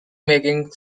making